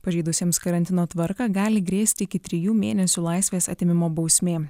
pažeidusiems karantino tvarką gali grėsti iki trijų mėnesių laisvės atėmimo bausmė